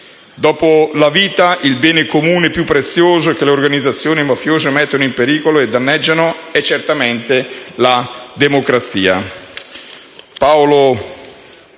Dopo la vita, il bene comune più prezioso che le organizzazioni mafiose mettono in pericolo e danneggiano è certamente la democrazia.